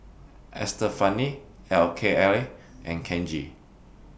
Estefani Kayley and Kenji